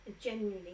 genuinely